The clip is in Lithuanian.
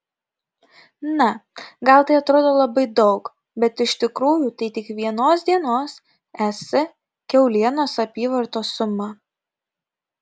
na gal tai atrodo labai daug bet iš tikrųjų tai tik vienos dienos es kiaulienos apyvartos suma